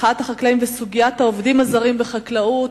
מחאת החקלאים וסוגיית העובדים הזרים בחקלאות,